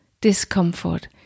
discomfort